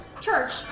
church